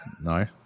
No